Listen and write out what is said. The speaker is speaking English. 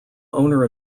owner